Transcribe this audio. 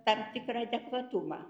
tam tikrą adekvatumą